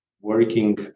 working